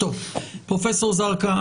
פרופסור זרקא,